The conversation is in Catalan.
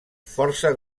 força